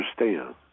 understand